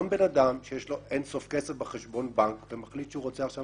גם בן-אדם שיש לו אין סוף כסף בחשבון בנק ומחליט שהוא רוצה עכשיו